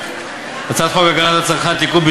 הצעת חוק הגנת הצרכן (תיקון,